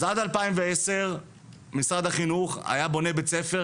אז עד 2010 משרד החינוך היה בונה בית ספר,